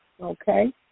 Okay